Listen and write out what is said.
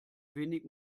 wenig